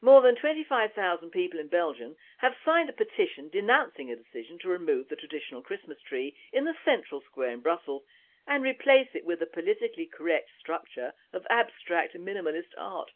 more than twenty five thousand people in belgium have signed a petition denouncing a decision to remove the traditional christmas tree in the central square in brussels and replace it with a politically correct structure of abstract and minimalist art.